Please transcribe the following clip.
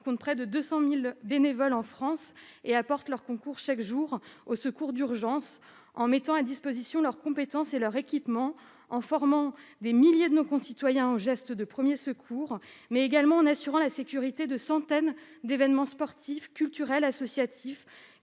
-comptent près de 200 000 bénévoles en France et apportent leurs concours chaque jour aux secours d'urgence, en mettant à disposition leurs compétences et leurs équipements, en formant des milliers de nos concitoyens aux gestes de premiers secours, mais également en assurant la sécurité de centaines d'événements sportifs, culturels et associatifs